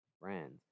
brands